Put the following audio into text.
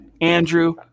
Andrew